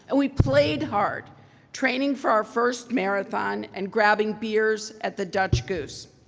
ah we played hard training for our first marathon, and grabbing beer at the dutch goose.